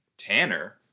Tanner